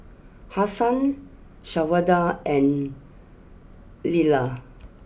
Hassan Shawanda and Lyla